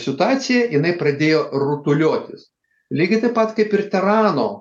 situacija jinai pradėjo rutuliotis lygiai taip pat kaip ir terrano